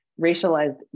racialized